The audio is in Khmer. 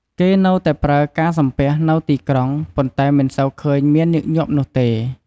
គេនៅតែប្រើការសំពះនៅទីក្រុង ប៉ុន្តែមិនសូវឃើញមានញឹកញាប់នោះទេ។